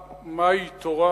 תורה,